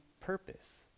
purpose